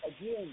again